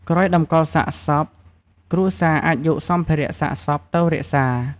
ក្រោយតម្កលសាកសព គ្រួសារអាចយកសម្ភារៈសាកសពទៅរក្សា។